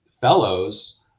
fellows